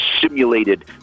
simulated